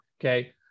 Okay